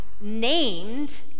named